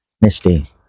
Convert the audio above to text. misty